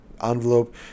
envelope